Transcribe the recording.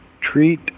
treat